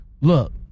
look